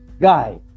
guy